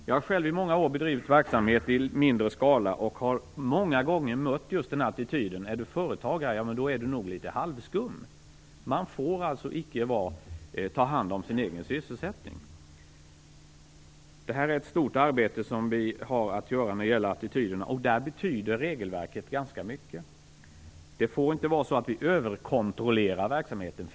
Jag har själv i många år bedrivit verksamhet i mindre skala och har många gånger mött just den attityden: Är du företagare? Då är du nog litet halvskum! Man får alltså icke ta hand om sin egen sysselsättning! Det finns således ett stort arbete att göra när det gäller attityderna, och där betyder regelverket ganska mycket. Det får inte vara så att vi överkontrollerar verksamheten.